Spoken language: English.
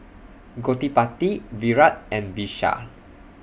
Gottipati Virat and Vishal